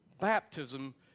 baptism